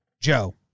Joe